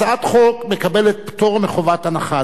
הצעת חוק מקבלת פטור מחובת הנחה,